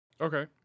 Okay